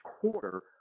quarter